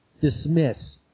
dismiss